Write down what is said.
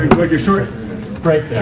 like your short break